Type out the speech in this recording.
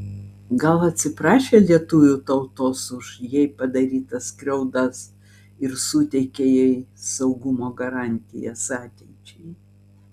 gal atsiprašė lietuvių tautos už jai padarytas skriaudas ir suteikė jai saugumo garantijas ateičiai